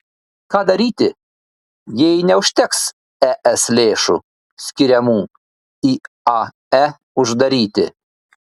ką daryti jei neužteks es lėšų skiriamų iae uždaryti